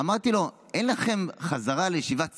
אמרתי לו: אין לכם שיבת ציון?